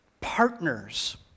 partners